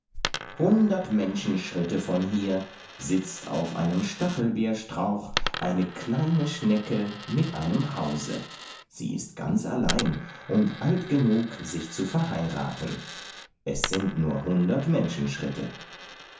hundert menschenschritte von hier sitzt auf einem stachelbeerstrauch eine kleine schnecke mit einem hause sie ist ganz allein und alt genug sich zu verheiraten es sind nur hundert